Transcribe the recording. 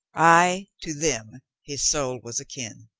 ay, to them his soul was akin.